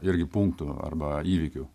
irgi punktų arba įvykių